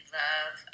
love